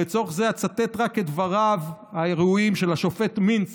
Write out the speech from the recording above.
לצורך זה אצטט רק מדבריו הראויים של השופט מינץ